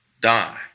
die